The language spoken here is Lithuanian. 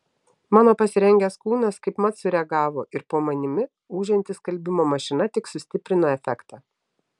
mano pasirengęs kūnas kaip mat sureagavo ir po manimi ūžianti skalbimo mašina tik sustiprino efektą